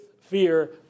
fear